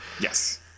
Yes